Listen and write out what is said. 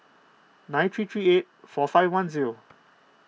nine three three eight four five one zero